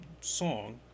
song